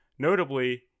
Notably